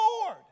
Lord